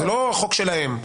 זה לא החוק שלהם.